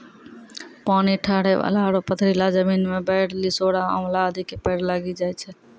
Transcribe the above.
पानी ठहरै वाला आरो पथरीला जमीन मॅ बेर, लिसोड़ा, आंवला आदि के पेड़ लागी जाय छै